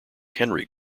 henry